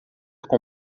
com